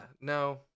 no